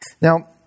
now